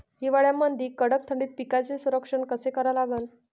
हिवाळ्यामंदी कडक थंडीत पिकाचे संरक्षण कसे करा लागन?